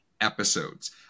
episodes